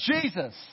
Jesus